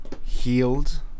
healed